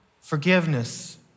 forgiveness